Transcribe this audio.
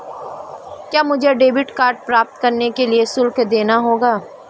क्या मुझे debit card प्राप्त करने के लिए शुल्क देना होगा?